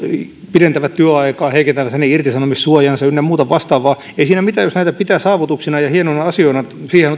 pidentävät työaikaa heikentävät hänen irtisanomissuojaansa ynnä muuta vastaavaa ei siinä mitään jos näitä pitää saavutuksina ja hienoina asioina siihen